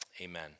amen